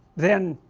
then,